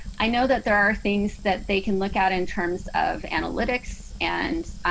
i know that there are things that they can look at in terms of analytics. and